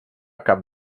cap